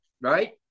Right